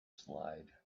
slide